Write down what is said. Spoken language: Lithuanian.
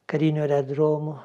karinio aerodromo